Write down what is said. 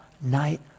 night